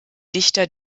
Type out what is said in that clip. dichter